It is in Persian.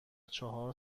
چهار